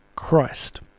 Christ